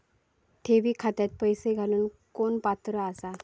ठेवी खात्यात पैसे घालूक कोण पात्र आसा?